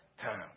time